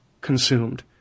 consumed